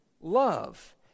love